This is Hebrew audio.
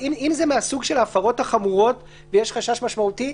אם זה מסוג ההפרות החמורות ויש חשש משמעותי,